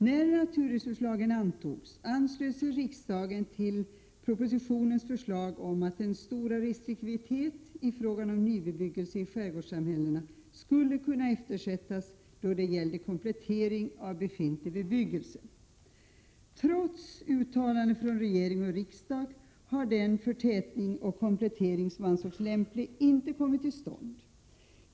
När naturresurslagen antogs anslöt sig riksdagen till propositionens förslag om att den stora restriktiviteten i fråga om ny bebyggelse i skärgårdssamhällena skulle kunna eftersättas då det gällde komplettering av befintlig bebyggelse. Trots uttalanden från regering och riksdag har den förtätning och komplettering som ansågs lämplig inte kommit till stånd.